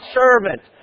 servant